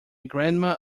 grandma